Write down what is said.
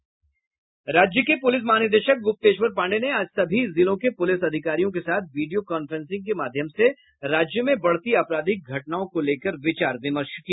राज्य के पुलिस महानिदेशक गुप्तेश्वर पाण्डेय ने आज सभी जिलों के पुलिस अधिकारियों के साथ वीडियो कांफ्रेसिंग के माध्यम से राज्य में बढ़ती अपराधिक घटनाओं को लेकर विचार विमर्श किया